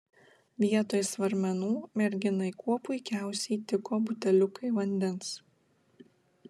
vietoj svarmenų merginai kuo puikiausiai tiko buteliukai vandens